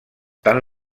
tant